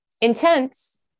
intense